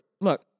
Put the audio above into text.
Look